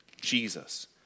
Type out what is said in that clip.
Jesus